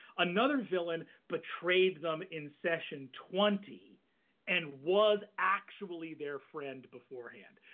another villain betrayed them in session twenty and was actually their friend beforehand.